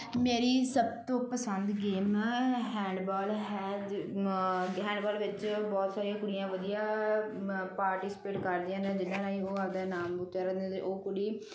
ਮੇਰੀ ਸਭ ਤੋਂ ਪਸੰਦ ਗੇਮ ਹੈਂਡਬਾਲ ਹੈ ਹੈਂਡਬਾਲ ਵਿੱਚ ਬਹੁਤ ਸਾਰੀਆਂ ਕੁੜੀਆਂ ਵਧੀਆ ਪਾਰਟੀਸਪੇਟ ਕਰਦੀਆਂ ਨੇ ਜਿਹਨਾਂ ਰਾਹੀਂ ਉਹ ਆਪਣਾ ਨਾਮ ਨੂੰ ਉੱਚਾ ਕਰਦੀਆਂ ਅਤੇ ਉਹ ਕੁੜੀ